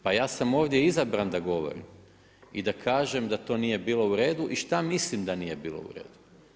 Pa ja sam ovdje izabran da govorim i da kažem da to nije bilo u redu i šta mislim da nije bilo u redu.